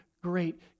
great